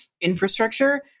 infrastructure